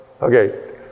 Okay